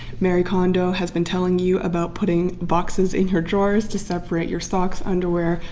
marie kondo has been telling you about putting boxes in her drawers to separate your socks, underwear,